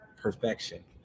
Perfection